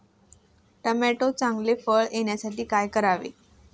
टोमॅटोला चांगले फळ येण्यासाठी काय करावे?